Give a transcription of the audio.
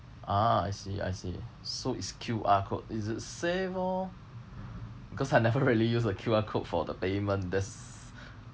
ah I see I see so it's Q_R code is it safe or because I never really use a Q_R code for the payment that's